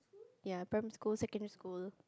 ya primary school secondary school